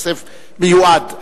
כסף מיועד,